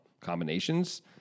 combinations